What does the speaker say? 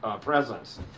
presence